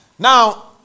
Now